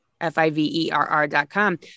F-I-V-E-R-R.com